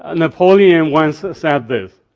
and napoleon once said this,